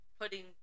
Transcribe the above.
putting